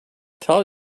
tell